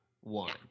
one